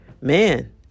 man